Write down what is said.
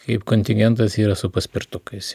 kaip kontingentas yra su paspirtukais